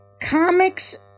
comics